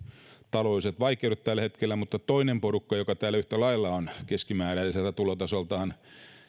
taloudelliset vaikeudet tällä hetkellä mutta toinen porukka joka yhtä lailla on keskimääräiseltä tulotasoltaan